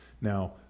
Now